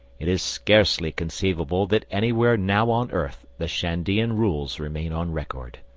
it is scarcely conceivable that anywhere now on earth the shandean rules remain on record.